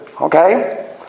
Okay